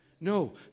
No